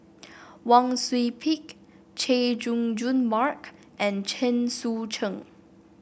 Wang Sui Pick Chay Jung Jun Mark and Chen Sucheng